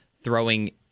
throwing